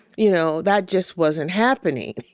you know, that just wasn't happening.